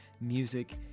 music